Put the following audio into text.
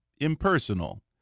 impersonal